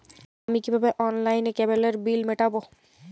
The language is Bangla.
আমি কিভাবে অনলাইনে কেবলের বিল মেটাবো?